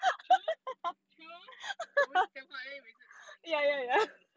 true true 我们讲话 then 你每次 mm mm mm